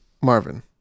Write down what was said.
marvin